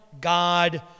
God